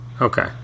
Okay